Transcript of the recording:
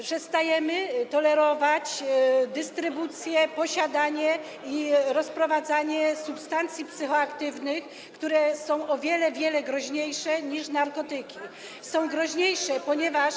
Przestajemy tolerować dystrybucję, posiadanie i rozprowadzanie substancji psychoaktywnych, które są o wiele, wiele groźniejsze niż narkotyki, są groźniejsze, ponieważ.